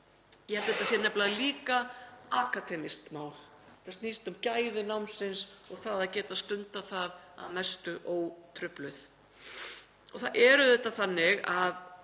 Ég held að þetta sé nefnilega líka akademískt mál. Þetta snýst um gæði námsins og það að geta stundað það að mestu ótrufluð. Það er auðvitað þannig,